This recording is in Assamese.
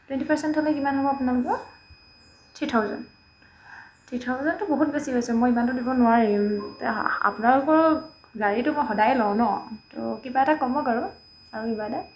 টুৱেণ্টি পাৰ্চেণ্ট হ'লে কিমান হ'ব আপোনালোকৰ থ্ৰ্ৰী থাউজেণ্ড থ্ৰ্ৰী থাউজেণ্ডটো বহুত বেছি হৈছে মই ইমানতো দিব নোৱাৰিম আপোনালোকৰ গাড়ীটো মই সদায় লওঁ ন তো কিবা এটা কমাওক আৰু আৰু কিবা এটা